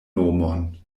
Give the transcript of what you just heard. nomon